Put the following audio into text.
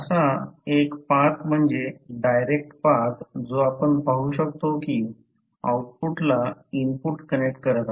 असा एक पाथ म्हणजे डायरेक्ट पाथ जो आपण पाहू शकतो की आउटपुटला इनपुट कनेक्ट करीत आहे